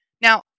Now